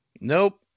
Nope